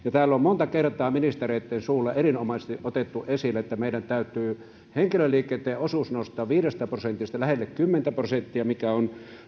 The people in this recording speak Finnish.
täällä on monta kertaa ministereitten suulla erinomaisesti otettu esille että meidän täytyy henkilöliikenteen osuus nostaa viidestä prosentista lähelle kymmentä prosenttia mikä on